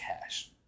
cash